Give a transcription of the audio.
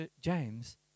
James